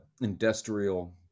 industrial